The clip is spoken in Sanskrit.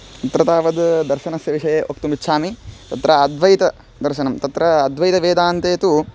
अत्र तावद् दर्शनस्य विषये वक्तुमिच्छामि तत्र अद्वैतदर्शनं तत्र अद्वैतवेदान्ते तु